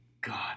god